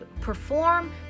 perform